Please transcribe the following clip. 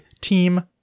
Team